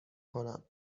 کنم